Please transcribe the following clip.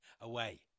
Away